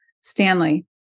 Stanley